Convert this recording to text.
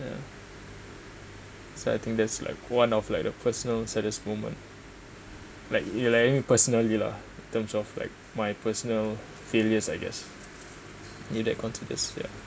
ya so I think that's like one of like the personal saddest moment like personally lah in terms of like my personal failures I guess ya